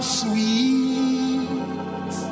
sweet